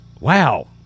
Wow